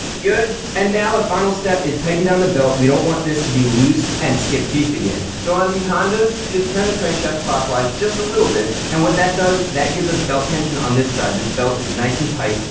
good, and now the ah final step is to tighten down the belt. we don't want this to be loose and skip teeth again. so on these hondas, just turn the crank shaft clockwise just a little bit, and what that does, that gives us belt tension on this side, this belt is nice and tight,